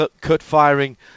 cut-firing